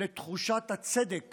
לתחושות הצדק